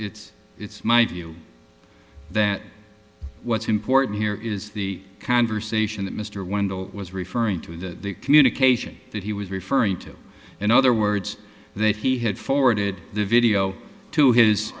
it's it's my view that what's important here is the conversation that mr wendel was referring to the communication that he was referring to in other words that he had forwarded the video to his